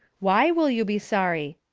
why will you be sorry?